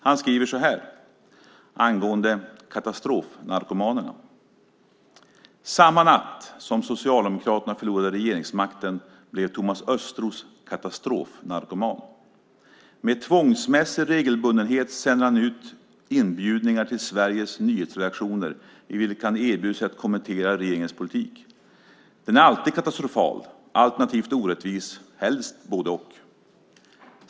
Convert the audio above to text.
Han skriver så här angående katastrofnarkomanerna: "Samma natt som socialdemokraterna förlorade regeringsmakten blev Thomas Östros katastrofnarkoman. Med tvångsmässig regelbundenhet sänder han nu inbjudningar till Sveriges nyhetsredaktioner i vilka han erbjuder sig att kommentera regeringens politik. Den är alltid katastrofal, alternativt orättvis, helst både och.